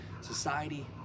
society